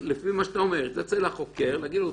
לפי מה שאתה אומר, הוא יצלצל לחוקר, ויגיד לו,